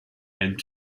and